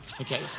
okay